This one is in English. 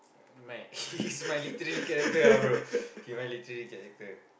my he's~ my literary character lah bro he my literary character